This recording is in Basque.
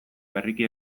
berriki